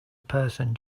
person